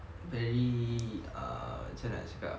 very err macam mana nak cakap